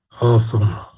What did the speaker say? Awesome